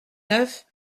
neuf